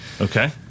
okay